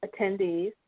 attendees